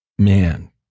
Man